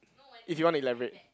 if you want to elaborate